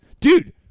Dude